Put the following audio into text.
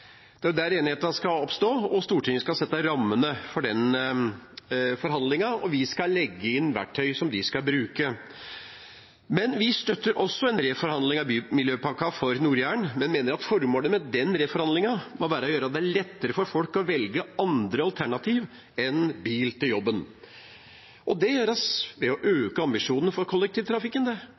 Det er der enigheten skal oppstå. Stortinget skal sette rammene for den forhandlingen, og vi skal legge inn verktøy som de skal bruke. Vi støtter likevel en reforhandling av Bymiljøpakken for Nord-Jæren, men mener at formålet med den reforhandlingen må være å gjøre det lettere for folk å velge andre alternativ enn bil til jobben. Det gjøres ved å øke ambisjonene for kollektivtrafikken,